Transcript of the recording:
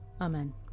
Amen